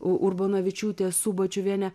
urbonavičiūtė subačiuvienė